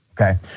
okay